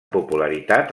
popularitat